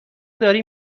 داری